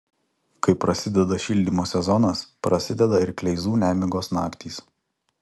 kai prasideda šildymo sezonas prasideda ir kleizų nemigos naktys